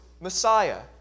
Messiah